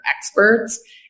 experts